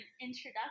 introduction